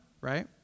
right